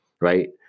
right